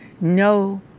no